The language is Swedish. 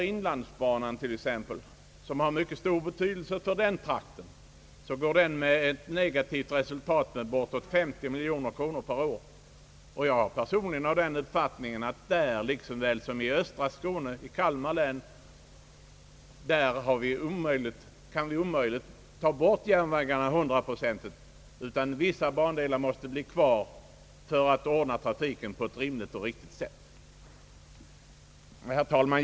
Inlandsbanan, som har mycket stor betydelse för de trakter den löper igenom, går med en förlust på bortemot 50 miljoner kronor per år. Jag har personligen den uppfattningen att vi omöjligen kan lägga ner denna järnväg liksom ej heller järnvägarna i östra Skåne och Kalmar län hundraprocentigt, utan vissa bandelar måste bli kvar för att ordna trafiken på ett rimligt och riktigt sätt. Herr talman!